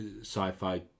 sci-fi